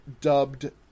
dubbed